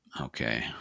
Okay